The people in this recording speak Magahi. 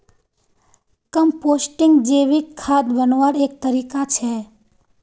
कम्पोस्टिंग जैविक खाद बन्वार एक तरीका छे